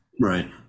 Right